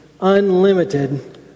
unlimited